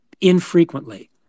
infrequently